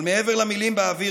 אבל מעבר למילים באוויר,